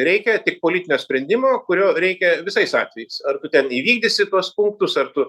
reikia tik politinio sprendimo kurio reikia visais atvejais ar tu ten įvykdysi tuos punktus ar tu